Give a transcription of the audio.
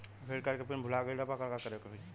Credit card के pin भूल गईला पर का करे के होई?